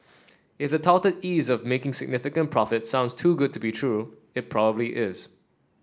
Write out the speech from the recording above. if the touted ease of making significant profits sounds too good to be true it probably is